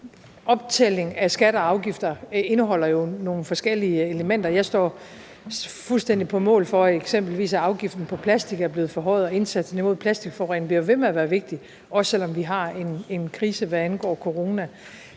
optælling af skatter og afgifter jo indeholder nogle forskellige elementer. Jeg står fuldstændig på mål for, at eksempelvis afgiften på plastic er blevet forhøjet, og indsatsen mod plasticforurening bliver ved med at være vigtig, også selv om vi har en krise med corona.